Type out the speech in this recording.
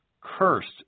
Cursed